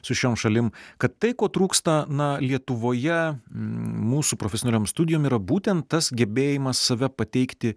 su šiom šalim kad tai ko trūksta na lietuvoje mūsų profesionaliom studijom yra būtent tas gebėjimas save pateikti